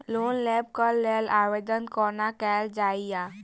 Loan लेबऽ कऽ लेल आवेदन कोना कैल जाइया?